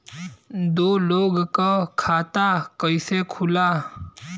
दो लोगक खाता कइसे खुल्ला?